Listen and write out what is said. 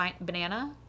banana